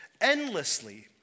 endlessly